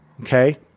Okay